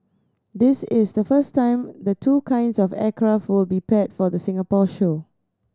this is the first time the two kinds of aircraft will be paired for the Singapore show